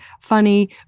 funny